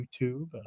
YouTube